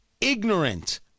ignorant